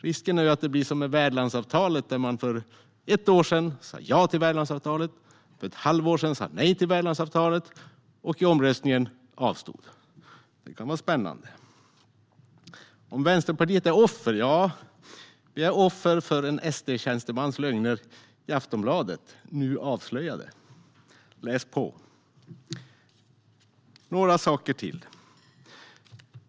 Risken är att det blir som med värdlandsavtalet: För ett år sedan sa de ja till värdlandsavtalet, för ett halvår sedan sa de nej till värdlandsavtalet och i omröstningen avstod de. Det kan vara spännande. Är Vänsterpartiet offer? Ja, vi är offer för en SD-tjänstemans lögner i Aftonbladet, nu avslöjade. Läs på! Några saker till.